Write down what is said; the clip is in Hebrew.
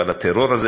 אבל הטרור הזה,